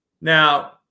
Now